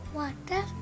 water